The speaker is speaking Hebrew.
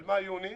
על מאי ויוני,